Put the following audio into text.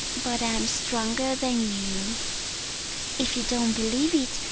but i'm stronger than you if you don't believe it,